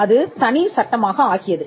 அது தனி சட்டமாக ஆகியது